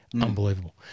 unbelievable